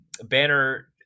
banner